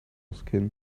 skin